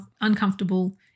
uncomfortable